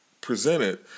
presented